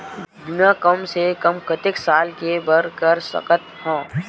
बीमा कम से कम कतेक साल के बर कर सकत हव?